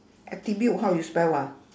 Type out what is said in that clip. attribute how you spell ah